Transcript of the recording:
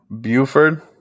Buford